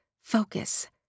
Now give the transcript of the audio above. Focus